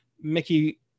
Mickey